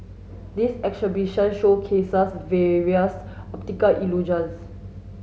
this exhibition showcases various optical illusions